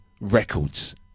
records